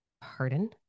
pardon